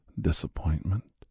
disappointment